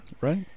right